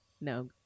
No